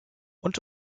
und